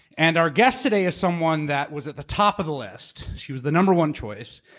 and our guest today is someone that was at the top of the list, she was the number one choice.